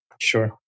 Sure